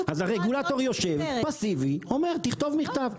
אז הרגולטור יושב פסיבי ואומר, תכתוב מכתב.